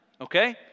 Okay